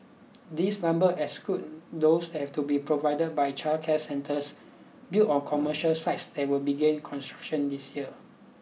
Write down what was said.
this number excludes those have to be provided by childcare centres built on commercial sites that will begin construction this year